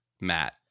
Matt